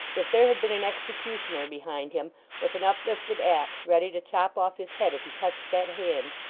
if there had been an executioner behind him with an uplifted axe ready to chop off his head if he touched that hand,